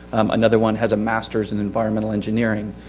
another one has a master's in environmental engineering.